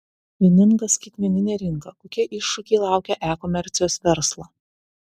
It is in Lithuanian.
vieninga skaitmeninė rinka kokie iššūkiai laukia e komercijos verslo